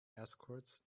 escorts